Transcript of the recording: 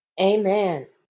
Amen